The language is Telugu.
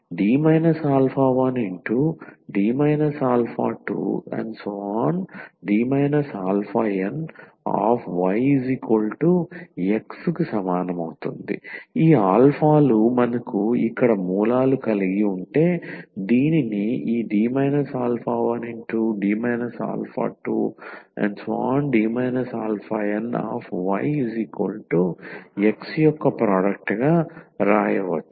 ⟹D 1D 2⋯yX ఈ ఆల్ఫాలు మనకు ఇక్కడ మూలాలు కలిగి ఉంటే దీనిని ఈ D 1D 2⋯yX యొక్క ప్రోడక్ట్ గా వ్రాయవచ్చు